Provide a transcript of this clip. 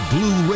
Blue